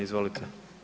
Izvolite.